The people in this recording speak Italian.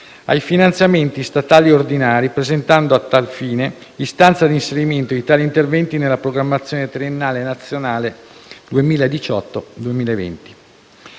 ai finanziamenti statali ordinari, presentando a tale fine istanza di inserimento di tali interventi nella programmazione triennale nazionale 2018-2020.